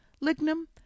Lignum